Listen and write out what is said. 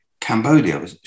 Cambodia